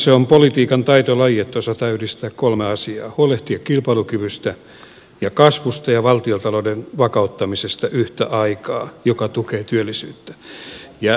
se on politiikan taitolaji että osataan yhdistää kolme asiaa huolehtia kilpailukyvystä ja kasvusta ja valtiontalouden vakauttamisesta yhtä aikaa mikä tukee työllisyyttä